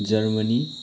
Germany